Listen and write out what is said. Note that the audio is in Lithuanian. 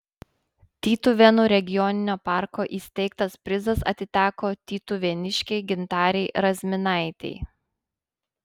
tytuvėnų regioninio parko įsteigtas prizas atiteko tytuvėniškei gintarei razminaitei